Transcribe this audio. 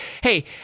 Hey